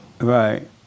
right